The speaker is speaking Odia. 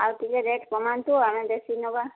ଆଉ ଟିକେ ରେଟ୍ କମାନ୍ତୁ ଆମେ ବେଶୀ ନେବା